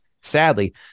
sadly